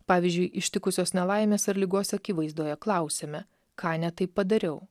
pavyzdžiui ištikusios nelaimės ar ligos akivaizdoje klausiame ką ne taip padariau